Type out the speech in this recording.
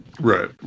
right